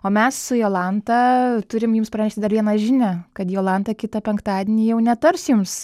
o mes su jolanta turim jums pranešti dar vieną žinią kad jolanta kitą penktadienį jau netars jums